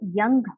young